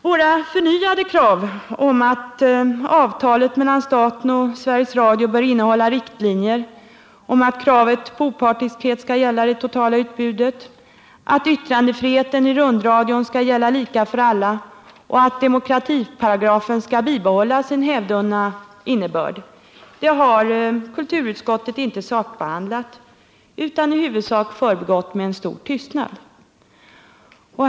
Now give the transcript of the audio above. Våra förnyade krav på att avtalet mellan staten och Sveriges Radio bör innehålla riktlinjer om att kravet på opartiskhet skall gälla det totala utbudet, att yttrandefriheten i rundradion skall gälla lika för alla och att demokratiparagrafen skall bibehålla sin hävdvunna innebörd har kulturutskottet inte sakbehandlat utan i huvudsak förbigått med en stor tystnad.